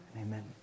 Amen